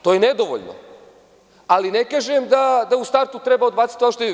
To je nedovoljno ali ne kažem da u startu treba odbaciti ono što imamo.